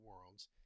worlds